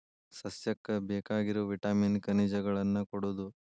ಸಸ್ಯಕ್ಕ ಬೇಕಾಗಿರು ವಿಟಾಮಿನ್ ಖನಿಜಗಳನ್ನ ಕೊಡುದು